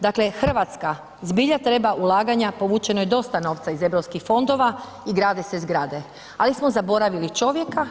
Dakle, Hrvatska zbilja treba ulaganja, povučeno je dosta novca iz europskih fondova i grade se zgrade, ali smo zaboravili čovjeka.